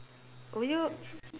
would you